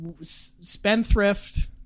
spendthrift